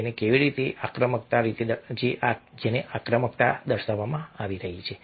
અને તે કેવી રીતે છે આક્રમકતા દર્શાવવામાં આવી રહી છે